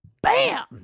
Bam